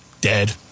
dead